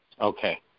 Okay